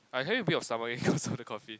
I having a bit of stomachache cause of the coffee